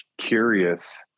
curious